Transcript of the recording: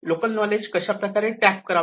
local knowledge कशा प्रकारे tap करावे